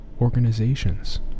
organizations